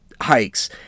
hikes